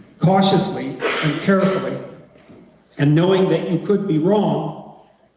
cautiously and carefully and knowing that you could be wrong